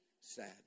sad